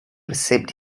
received